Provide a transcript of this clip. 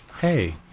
hey